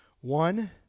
One